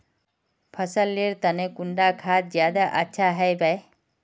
फसल लेर तने कुंडा खाद ज्यादा अच्छा हेवै?